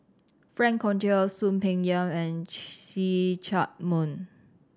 Frank Cloutier Soon Peng Yam and See Chak Mun